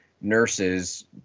nurses